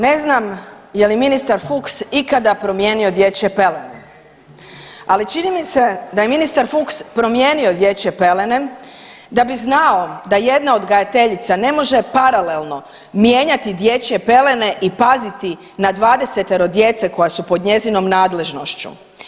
Ne znam je li ministar Fuchs ikada promijenio dječje pelene, ali čini mi se da je ministar Fuchs promijenio dječje pelene da bi znao da jedna odgajateljica ne može paralelno mijenjati dječje pelene i paziti na 20-ero djeca koja su pod njezinom nadležnošću.